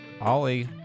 Ollie